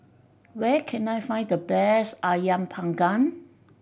where can I find the best Ayam Panggang